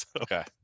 okay